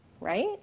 right